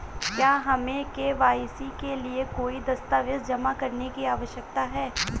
क्या हमें के.वाई.सी के लिए कोई दस्तावेज़ जमा करने की आवश्यकता है?